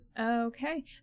Okay